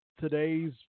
today's